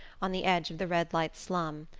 on the edge of the red-light slum,